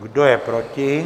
Kdo je proti?